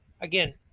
Again